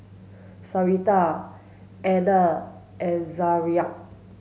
Sharita Etna and Zaria